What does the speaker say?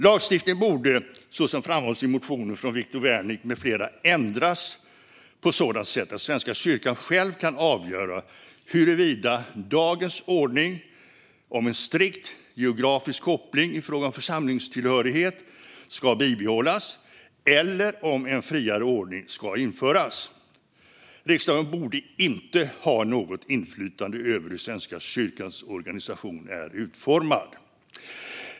Lagstiftningen borde så som framhålls i motionen från Viktor Wärnick med flera ändras på sådant sätt att Svenska kyrkan själv kan avgöra huruvida dagens ordning om en strikt geografisk koppling i fråga om församlingstillhörighet ska bibehållas eller om en friare ordning ska införas. Riksdagen borde inte ha något inflytande över hur Svenska kyrkans organisation är utformad.